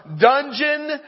dungeon